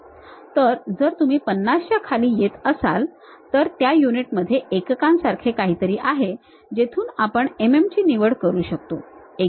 तर जर तुम्ही 50 च्या खाली येत असाल तर त्या युनिटमध्ये एककांसारखे काहीतरी आहे जेथुं आपण mm ची निवड करू शकतो